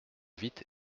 vite